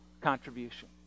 contribution